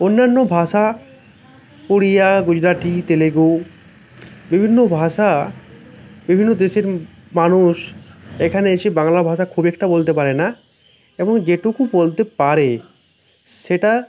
অন্যান্য ভাষা উড়িয়া গুজরাটি তেলুগু বিভিন্ন ভাষা বিভিন্ন দেশের মানুষ এখানে এসে বাংলা ভাষা খুব একটা বলতে পারে না এবং যেটুকু বলতে পারে সেটা